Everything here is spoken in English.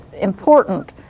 important